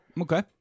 Okay